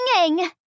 singing